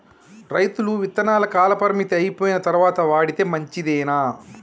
రైతులు విత్తనాల కాలపరిమితి అయిపోయిన తరువాత వాడితే మంచిదేనా?